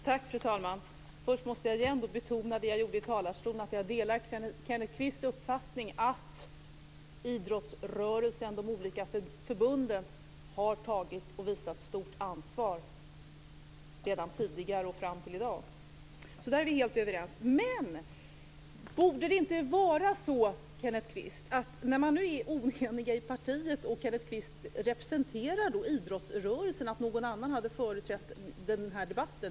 Fru talman! Först måste jag återigen betona det som jag sade i talarstolen om att jag delar Kenneth Kvists uppfattning att idrottsrörelsen, de olika förbunden, har visat stort ansvar redan tidigare och fram till i dag. Så där är vi helt överens. Men borde det inte ha varit så när man nu är oenig i partiet, och när Kenneth Kvist representerar idrottsrörelsen, att någon annan hade företrätt er i den här debatten?